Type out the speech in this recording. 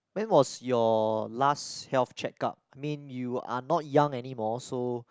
when was your last health checkup I mean you are not young anymore so